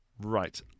Right